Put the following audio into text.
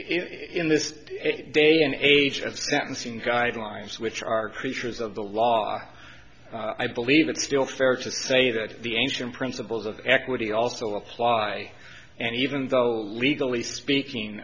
in this day and age of sentencing guidelines which are creatures of the law i believe it's still fair to say that the ancient principles of equity also apply and even though legally speaking